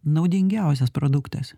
naudingiausias produktas